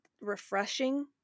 refreshing